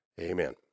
Amen